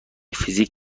فیزیک